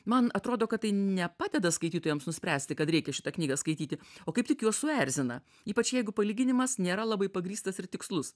man atrodo kad tai nepadeda skaitytojams nuspręsti kad reikia šitą knygą skaityti o kaip tik juos suerzina ypač jeigu palyginimas nėra labai pagrįstas ir tikslus